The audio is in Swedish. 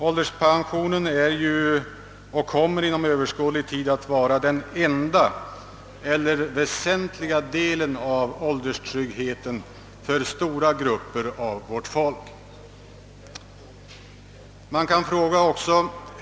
Ålderspensionen är ju och kommer inom överskådlig tid att vara den enda eller väsentliga delen av ålderstryggheten för stora grupper av vårt folk.